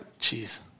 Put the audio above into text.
Jeez